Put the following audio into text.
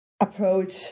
approach